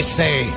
say